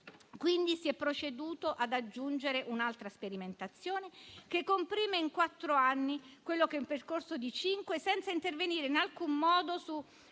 Quindi, si è proceduto ad aggiungere un'altra sperimentazione, che comprime in quattro anni quello che è un percorso di cinque, senza intervenire in alcun modo sui